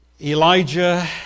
Elijah